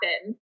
happen